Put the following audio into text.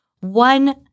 One